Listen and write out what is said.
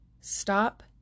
Stop